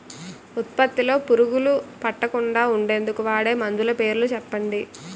ఉత్పత్తి లొ పురుగులు పట్టకుండా ఉండేందుకు వాడే మందులు పేర్లు చెప్పండీ?